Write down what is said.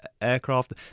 aircraft